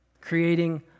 creating